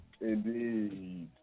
Indeed